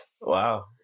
Wow